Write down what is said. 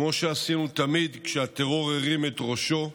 כמו שעשינו תמיד כשהטרור הרים את ראשו,